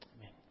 Amen